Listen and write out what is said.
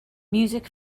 music